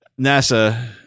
NASA